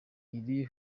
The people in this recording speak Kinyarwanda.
iri